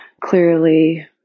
clearly